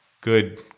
good